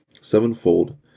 sevenfold